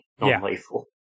non-lethal